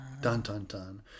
Dun-dun-dun